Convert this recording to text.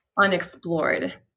unexplored